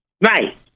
Right